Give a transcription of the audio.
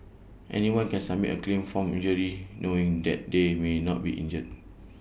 anyone can submit A claim for injury knowing that they may not be injured